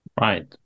Right